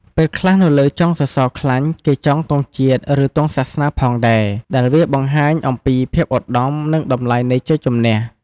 ពេលខ្លះនៅលើចុងសសរខ្លាញ់គេចងទង់ជាតិ ឬទង់សាសនា ផងដែរ ដែលវាបង្ហាញអំពីភាពឧត្តម និងតម្លៃនៃជ័យជម្នះ។